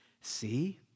see